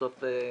בסוף